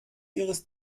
ihres